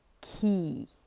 key